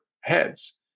heads